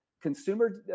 consumer